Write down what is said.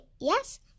yes